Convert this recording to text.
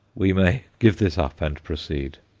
we may give this up and proceed.